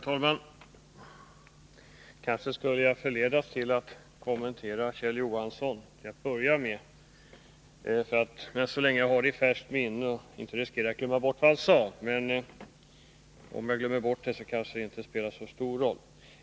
Herr talman! Kanske skulle jag låta mig förledas till att kommentera Kjell Johanssons inlägg till att börja med, eftersom jag har det i färskt minne, men jag avstår från det — om jag skulle glömma bort att göra det, kanske det inte spelar så stor roll.